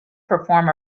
perform